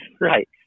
Right